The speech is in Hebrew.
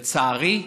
לצערי,